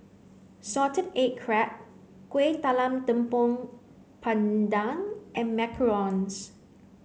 salted egg crab Kueh Talam Tepong Pandan and Macarons